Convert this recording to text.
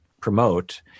promote